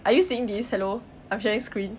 are you seeing this hello I'm sharing screen